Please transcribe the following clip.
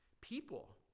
people